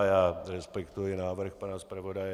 Já respektuji návrh pana zpravodaje.